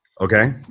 Okay